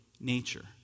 nature